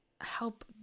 help